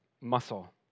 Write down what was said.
muscle